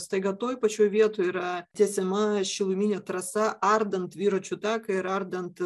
staiga toj pačioj vietoj yra tiesiama šiluminė trasa ardant dviračių taką ir ardant